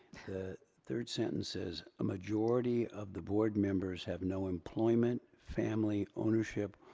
the third sentence is, a majority of the board members have no employment, family ownership,